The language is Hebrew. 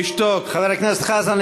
תשתוק, אל תפריע.